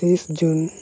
ᱛᱮᱭᱤᱥ ᱡᱩᱱ